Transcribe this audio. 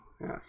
Yes